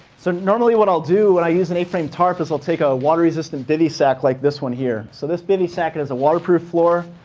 so normally, what i'll do when i use an a frame tarp is i'll take a water resistant biddy sack like this one here. so this bivy sack and has a waterproof floor,